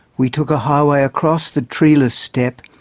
we took a highway across the treeless steppe,